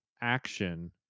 action